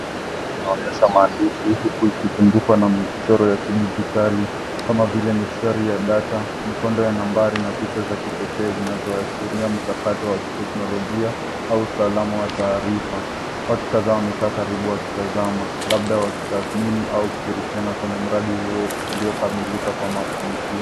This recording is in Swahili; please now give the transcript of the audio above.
Linaonyesha maandishi huku likiwa na michoro ya kidigtali kama vile mistari ya data, mikondo ya nambari na picha za kipekee zinazoashiria mchakato wa kiteknolojia au salama wa taarifa. Watu kadhaa wamekaa karibu wakitazama labda wakitathmini au kushirikiana kwenye mradi huo uliokamilika kwa mafanikio.